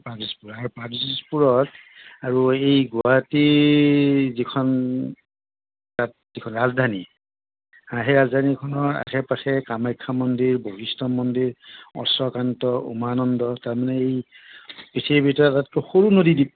প্ৰাগজ্যোতিষপুৰ আৰু প্ৰাগজ্যোতিষপুৰত আৰু এই গুৱাহাটী যিখন তাত যিখন ৰাজধানী হাঁ সেই ৰাজধানীখনৰ আশে পাশে কামাখ্যা মন্দিৰ বশিষ্ঠ মন্দিৰ অশ্বকান্ত উমানন্দ তাৰমানে এই পৃথিৱীৰ ভিতৰত আটাইতকৈ সৰু নদীদ্বীপ